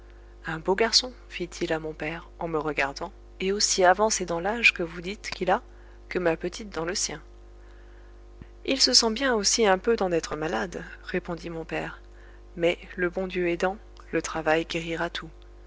un beau garçon fit-il à mon père en me regardant et aussi avancé dans l'âge que vous dites qu'il a que ma petite dans le sien il se sent bien aussi un peu d'en être malade répondit mon père mais le bon dieu aidant le travail guérira tout